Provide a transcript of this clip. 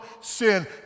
sin